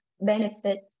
benefit